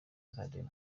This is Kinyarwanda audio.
academy